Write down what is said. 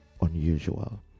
unusual